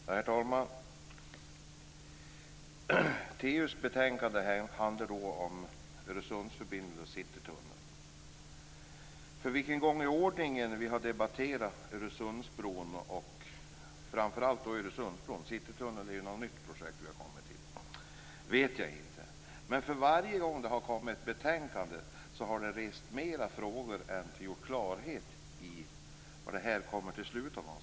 Herr talman! TU:s betänkande handlar om Öresundsförbindelsen och Citytunneln. För vilken gång i ordningen vi debatterar framför allt Öresundsbron vet jag inte - Citytunneln är ett nytt projekt. Men för varje gång det har kommit ett betänkande har det rest fler frågor än vad det har skapat klarhet i vad det hela kommer att sluta någonstans.